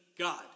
God